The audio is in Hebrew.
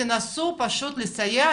תנסו פשוט לסייע,